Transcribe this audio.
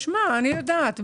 אימאן ח'טיב יאסין (רע"מ,